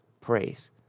praise